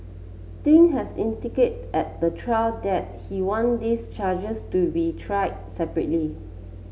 Ding has indicate at the trial that he want this charges to be tried separately